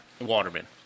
Waterman